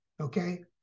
Okay